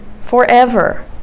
Forever